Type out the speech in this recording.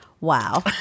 Wow